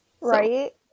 right